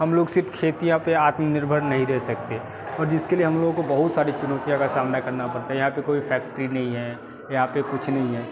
हम लोग सिर्फ़ खेतिया पर आत्मनिर्भर नहीं रह सकते और इसके लिए हम लोग बहुत सारी चुनौतियों का सामना करना पड़ता है यहाँ पे कोई फ़ैक्ट्री नहीं है यहाँ पे कुछ नहीं है